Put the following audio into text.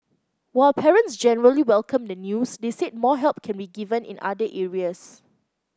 while parents generally welcomed the news they said more help can be given in other areas